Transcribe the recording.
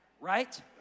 Right